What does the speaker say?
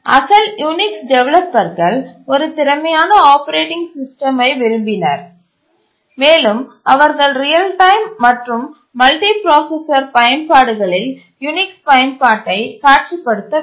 அசல் யூனிக்ஸ் டெவலப்பர்கள் ஒரு திறமையான ஆப்பரேட்டிங் சிஸ்டமை விரும்பினர் மேலும் அவர்கள் ரியல் டைம் மற்றும் மல்டி பிராசஸர் பயன்பாடுகளில் யூனிக்ஸ் பயன்பாட்டை காட்சிப்படுத்தவில்லை